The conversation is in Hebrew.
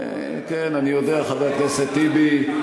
כן, אני יודע, חבר הכנסת טיבי,